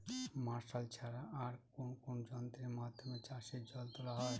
Martial ছাড়া আর কোন কোন যন্ত্রেরর মাধ্যমে চাষের জল তোলা হয়?